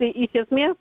tai iš esmės